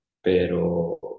pero